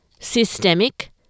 Systemic